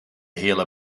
hele